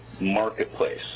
marketplace